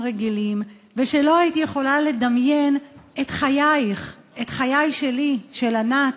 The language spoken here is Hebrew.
ושלא היית יכולה לדמיין את חייך" את חייה של ענת,